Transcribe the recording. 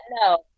No